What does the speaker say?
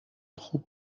خوب